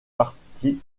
partit